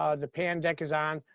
ah the pan deck is on.